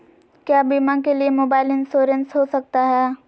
क्या बीमा के लिए मोबाइल इंश्योरेंस हो सकता है?